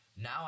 now